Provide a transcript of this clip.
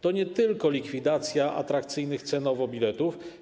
To nie tylko likwidacja atrakcyjnych cenowo biletów.